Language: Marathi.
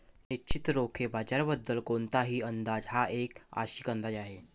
निश्चितच रोखे बाजाराबद्दल कोणताही अंदाज हा एक आंशिक अंदाज आहे